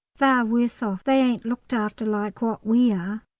they're worse off they ain't looked after like what we are.